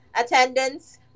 attendance